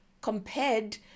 compared